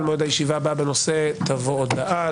על מועד הישיבה הבאה בנושא תבוא הודעה.